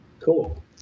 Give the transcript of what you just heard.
Cool